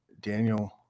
Daniel